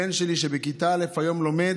הבן שלי שבכיתה א', שלומד